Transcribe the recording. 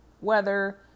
weather